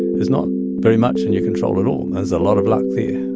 there's not very much in your control at all. there's a lot of luck there.